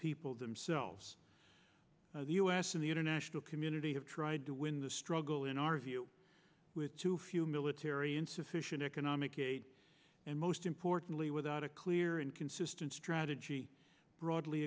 people themselves the u s and the international community have tried to win the struggle in our view with too few military insufficient economic aid and most importantly without a clear and consistent strategy broadly